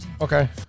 Okay